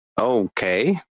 Okay